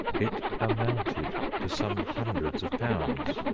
it amounted to some hundreds of pounds.